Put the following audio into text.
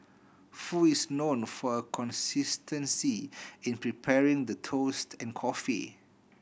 foo is known for her consistency in preparing the toast and coffee